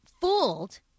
fooled